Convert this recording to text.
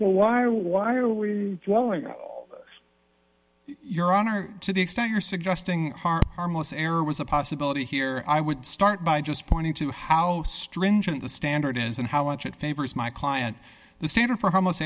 well why why are we your honor to the extent you're suggesting harmless error was a possibility here i would start by just pointing to how stringent the standard is and how much it favors my client the standard for how most